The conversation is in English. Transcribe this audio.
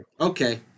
Okay